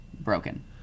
broken